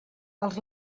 els